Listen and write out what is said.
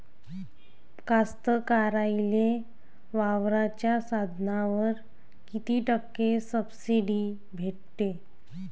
कास्तकाराइले वावराच्या साधनावर कीती टक्के सब्सिडी भेटते?